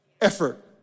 effort